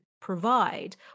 provide